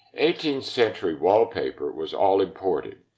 eighteenth century wallpaper was all imported,